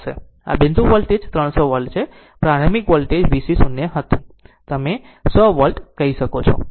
અને આ બિંદુ વોલ્ટેજ 300 વોલ્ટ છે અને આ પ્રારંભિક વોલ્ટેજ VC 0 હતું જેને તમે 100 વોલ્ટ કહો છો